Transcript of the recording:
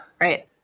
Right